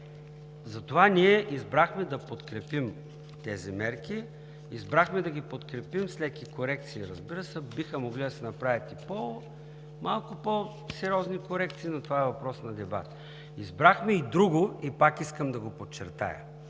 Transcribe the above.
Затова ние избрахме да подкрепим тези мерки. Избрахме да ги подкрепим с леки корекции, разбира се. Биха могли да се направят и малко по-сериозни корекции, но това е въпрос на дебати. Избрахме и друго, и пак искам да го подчертая